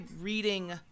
reading